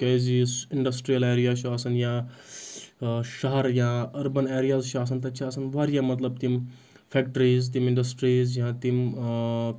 کیازِ یُس industrial area چھُ آسَان یا شَہَر یا أربَن ایریاز چھِ آسَان تَتہِ چھِ آسَان واریاہ مطلب تِم فیکٹریٖز تِم اِنڈَسٹریٖز یا تِم